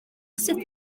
sut